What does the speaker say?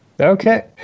Okay